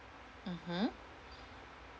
mmhmm